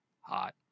Hot